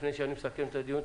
לפני שאני מסכם את הדיון,